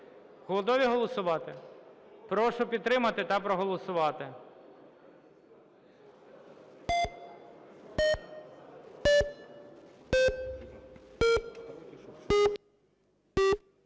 Готові голосувати? Прошу підтримати та проголосувати.